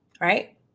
right